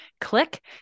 click